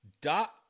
dot